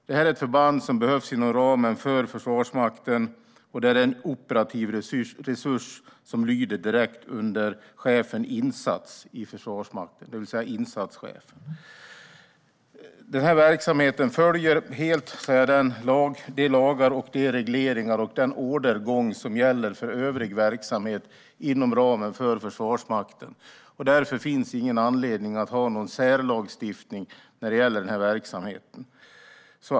Det här är ett förband som behövs inom ramen för Försvarsmakten, och det är en operativ resurs som lyder direkt under insatschefen i Försvarsmakten. Verksamheten följer helt de lagar, de regleringar och den ordergång som gäller för övrig verksamhet inom ramen för Försvarsmakten. Därför finns det ingen anledning att ha någon särlagstiftning när det gäller denna verksamhet.